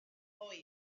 hwyl